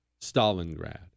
Stalingrad